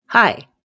Hi